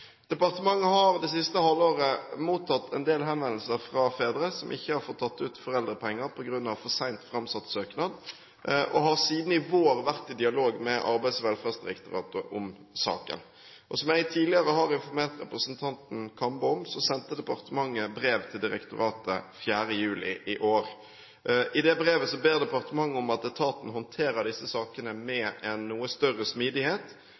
Departementet har det siste halvåret mottatt en del henvendelser fra fedre som ikke har fått tatt ut foreldrepenger på grunn av for sent framsatt søknad, og har siden i vår vært i dialog med Arbeids- og velferdsdirektoratet om saken. Som jeg tidligere har informert representanten Kambe om, sendte departementet brev til direktoratet 4. juli i år. I brevet ber departementet om at etaten håndterer disse sakene med en noe større smidighet.